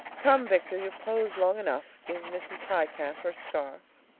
come, victor you've posed long enough. give mrs. highcamp her scarf.